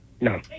No